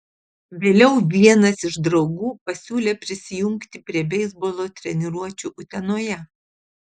vėliau vienas iš draugų pasiūlė prisijungti prie beisbolo treniruočių utenoje